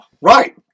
Right